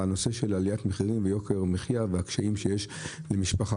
בנושא של עליית המחירים ויוקר המחייה והקשיים שיש למשפחות.